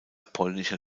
polnischer